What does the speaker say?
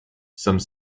some